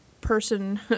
person